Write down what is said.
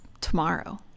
tomorrow